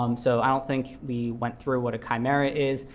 um so i don't think we went through what a chimera is,